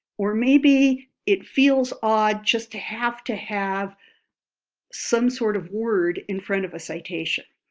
or maybe it feels odd just to have to have some sort of word in front of a citation.